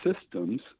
systems